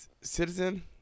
Citizen